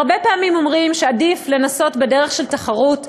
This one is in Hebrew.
הרבה פעמים אומרים שעדיף לנסות בדרך של תחרות,